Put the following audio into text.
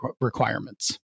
requirements